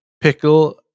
Pickle